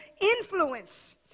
influence